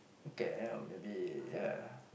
can or maybe ya